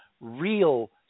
Real